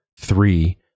three